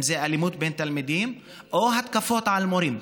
אם זה אלימות בין תלמידים ואם זה התקפות על מורים.